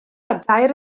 cadair